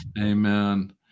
Amen